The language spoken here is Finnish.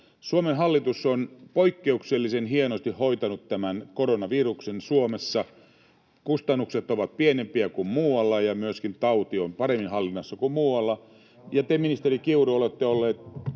Suomen hallitus on poikkeuksellisen hienosti hoitanut tämän koronaviruksen Suomessa. Kustannukset ovat pienempiä kuin muualla, ja myöskin tauti on paremmin hallinnassa kuin muualla, [Jussi Halla-ahon